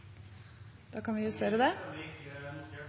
da kan det